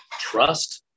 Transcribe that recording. trust